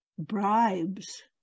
bribes